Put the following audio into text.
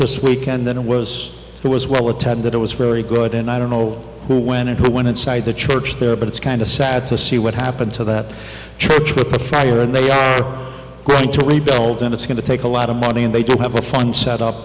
this weekend than it was it was well attended it was very good and i don't know who when it went inside the church there but it's kind of sad to see what happened to that church with the fire and they are going to rebuild and it's going to take a lot of money and they do have a fund set up